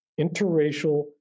interracial